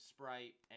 Sprite